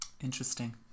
Interesting